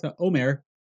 Omer